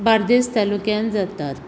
बार्देस तालुक्यांत जातात